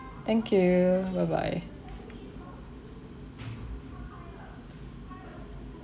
thank you bye bye